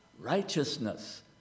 righteousness